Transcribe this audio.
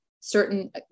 Certain